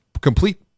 complete